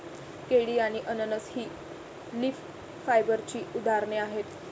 केळी आणि अननस ही लीफ फायबरची उदाहरणे आहेत